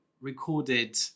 recorded